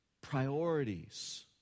priorities